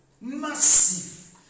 Massive